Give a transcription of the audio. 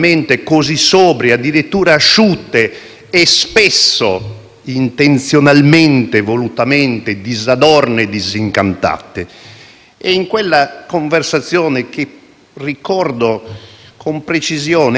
In quella conversazione (che ricordo con precisione, anche se sono passati ormai alcuni anni) volle, appunto, illustrarmi questa idea della militanza che sapeva